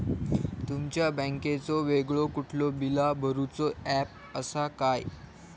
तुमच्या बँकेचो वेगळो कुठलो बिला भरूचो ऍप असा काय?